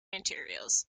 materials